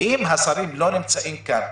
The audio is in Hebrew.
אם השרים לא נמצאים כאן,